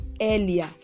earlier